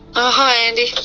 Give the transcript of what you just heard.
oh hi andy.